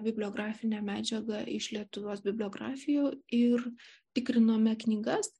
bibliografinę medžiagą iš lietuvos bibliografijų ir tikrinome knygas